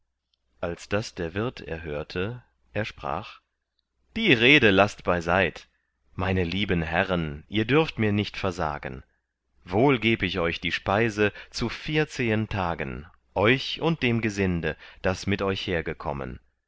als das der wirt erhörte er sprach die rede laßt beiseit meine lieben herren ihr dürft mir nicht versagen wohl geb ich euch die speise zu vierzehen tagen euch und dem gesinde das mit euch hergekommen